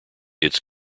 its